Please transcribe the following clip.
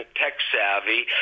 tech-savvy